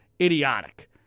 idiotic